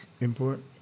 import